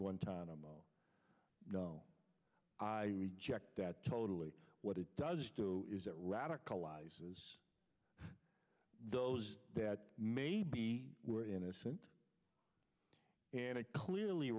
guantanamo i reject that totally what it does do is that radicalizes those that may be were innocent and it clearly